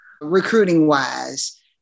recruiting-wise